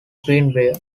greenbrier